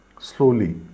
slowly